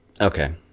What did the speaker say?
Okay